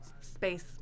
space